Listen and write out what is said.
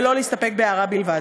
ולא להסתפק בהערה בלבד.